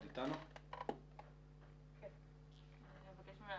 אני אבקש ממך